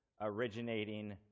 originating